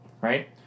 right